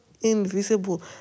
invisible